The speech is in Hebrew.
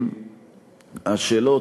השאלות